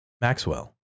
Maxwell